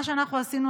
מה שאנחנו עשינו,